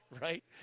right